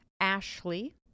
Ashley